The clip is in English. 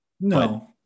no